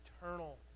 eternal